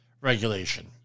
regulation